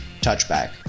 touchback